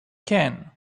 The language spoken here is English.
can